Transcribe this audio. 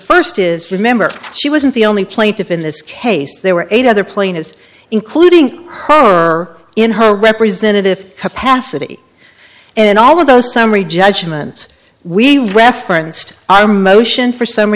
first is remember she wasn't the only plaintiff in this case there were eight other plaintiffs including her in her representative capacity and all of those summary judgment we referenced our motion for summ